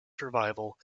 survival